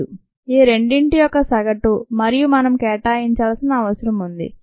85 ఈ రెండింటి యొక్క సగటు మరియు మనం కేటాయించాల్సిన అవసరం ఉంది